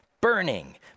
burning